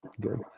Good